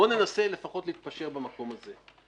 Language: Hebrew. בוא ננסה לפחות להתפשר במקום הזה.